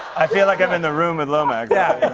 i feel like i'm in the room and lomax. yeah.